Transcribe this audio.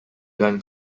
gun